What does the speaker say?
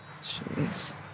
Jeez